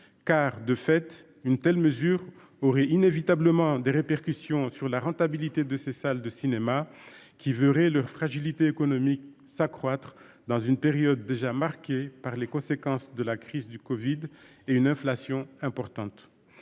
car, de fait, une telle mesure aurait inévitablement des répercussions sur la rentabilité de ces salles de cinéma qui verraient leur fragilité économique s'accroître dans une période déjà marquée par les conséquences de la crise du Covid et une inflation importante.